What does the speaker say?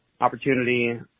opportunity